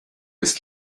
ist